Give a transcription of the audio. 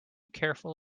careful